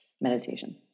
Meditation